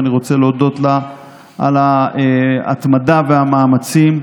ואני רוצה להודות לה על ההתמדה והמאמצים.